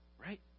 Right